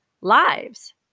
lives